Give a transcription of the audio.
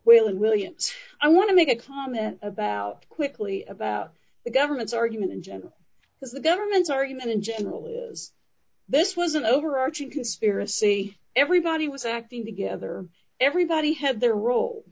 millions i want to make a comment about quickly about the government's argument in general because the government's argument in general is this was an overarching conspiracy everybody was acting together everybody had their role